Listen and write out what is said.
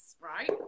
right